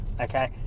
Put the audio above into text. okay